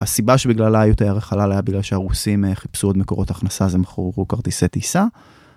הסיבה שבגללה היו תיירי חלל היה בגלל שהרוסים חיפשו עוד מקורות הכנסה, אז הם מכרו כרטיסי טיסה?